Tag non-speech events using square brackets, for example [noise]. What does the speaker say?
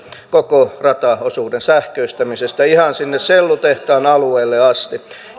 [unintelligible] koko rataosuuden sähköistämisestä ihan sinne sellutehtaan alueelle asti